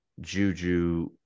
juju